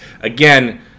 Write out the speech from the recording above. again